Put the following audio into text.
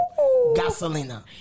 Gasolina